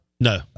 No